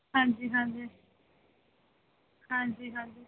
ਹਾਂਜੀ ਹਾਂਜੀ ਹਾਂਜੀ ਹਾਂਜੀ